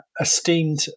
Esteemed